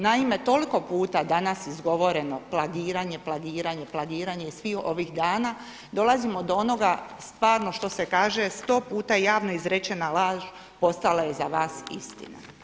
Naime, toliko puta danas izgovoreno plagiranje, plagiranje, plagiranje i svih ovih dana, dolazimo do onoga stvarno što se kaže sto puta javno izrečena laž postala je za vas istina.